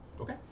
Okay